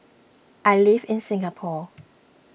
I live in Singapore